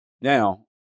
Now